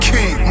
King